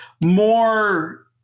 more